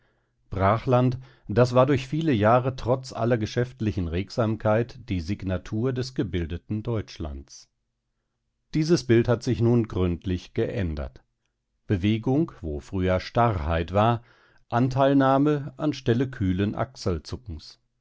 brachland das war durch viele jahre trotz aller geschäftlichen regsamkeit die signatur des gebildeten deutschlands dieses bild hat sich nun gründlich geändert bewegung wo früher starrheit war anteilnahme an stelle kühlen achselzuckens